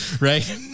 Right